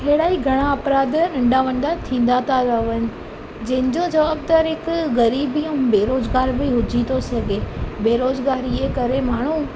अहिड़ा ई घणा अपराध नंढा वॾा थींदा त रहनि जंहिंजो जवाबदारु हिकु ग़रीब बि ऐं बेरोज़गार बि हुजी थो सघे बेरोज़गारीअ जे करे माण्हू